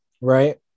Right